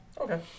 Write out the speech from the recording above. Okay